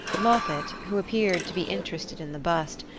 moffatt, who appeared to be interested in the bust,